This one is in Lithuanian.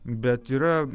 bet yra